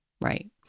right